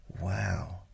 wow